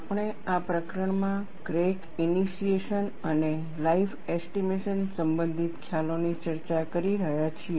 આપણે આ પ્રકરણમાં ક્રેક ઈનીશીએશન અને લાઈફ એસ્ટીમેશન સંબંધિત ખ્યાલોની ચર્ચા કરી રહ્યા છીએ